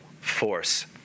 force